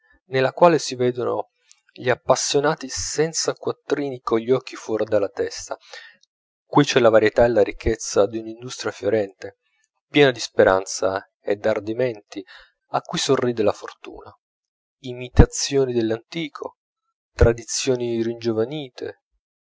nella quale si vedono gli appassionati senza quattrini cogli occhi fuor della testa qui c'è la varietà e la ricchezza d'un industria fiorente piena di speranze e d'ardimenti a cui sorride la fortuna imitazioni dell'antico tradizioni ringiovanite